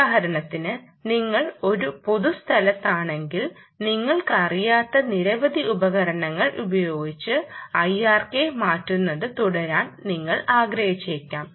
ഉദാഹരണത്തിന് നിങ്ങൾ ഒരു പൊതു സ്ഥലത്താണെങ്കിൽ നിങ്ങൾക്കറിയാത്ത നിരവധി ഉപകരണങ്ങൾ ഉപയോഗിച്ച് IR K മാറ്റുന്നത് തുടരാൻ നിങ്ങൾ ആഗ്രഹിച്ചേക്കാം